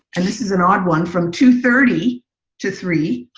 and this is an odd one, from two thirty to three,